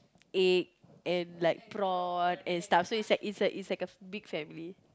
egg and like prawn and stuff so it's like it's like it's like a big family